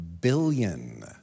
billion